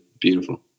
beautiful